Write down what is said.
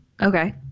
okay